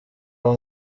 aho